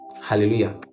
hallelujah